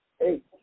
eight